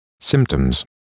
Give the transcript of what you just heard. symptoms